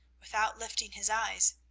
without lifting his eyes.